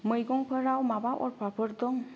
मैगंफोराव माबा अफारफोर दं